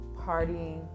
partying